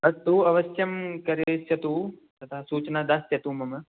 अस्तु अवश्यं करिष्यतु तथा सूचना दास्यतु मम